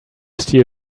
steal